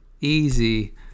easy